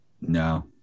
No